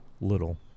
little